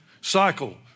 cycle